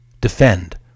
defend